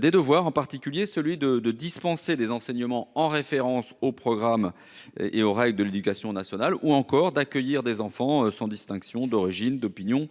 devoirs, en particulier celui de dispenser les enseignements par référence aux règles et aux programmes de l’enseignement public, ou encore celui d’accueillir les enfants sans distinction d’origine, d’opinion